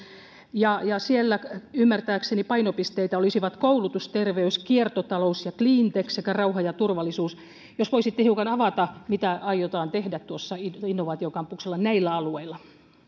ja siellä ymmärtääkseni painopisteitä olisivat koulutus terveys kiertotalous ja cleantech sekä rauha ja turvallisuus jos voisitte hiukan avata mitä aiotaan tehdä tuossa innovaatiokampuksessa näillä alueilla